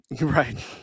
Right